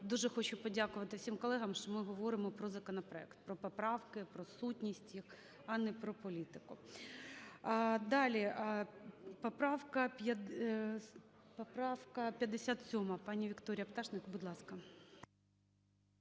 дуже хочу подякувати всім колегам, що ми говоримо про законопроект, про поправки, про сутність їх, а не про політику. Далі. Поправка 57. Пані Вікторія Пташник, будь ласка.